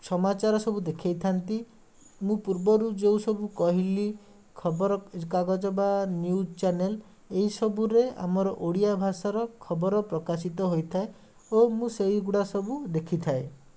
ସମାଚାର ସବୁ ଦେଖାଇଥାନ୍ତି ମୁଁ ପୂର୍ବରୁ ଯେଉଁ ସବୁ କହିଲି ଖବର କାଗଜ ବା ନ୍ୟୁଜ୍ ଚ୍ୟାନେଲ୍ ଏଇସବୁରେ ଆମର ଓଡ଼ିଆ ଭାଷାର ଖବର ପ୍ରକାଶିତ ହୋଇଥାଏ ଓ ମୁଁ ସେଇଗୁଡ଼ା ସବୁ ଦେଖିଥାଏ